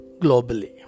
globally